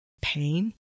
pain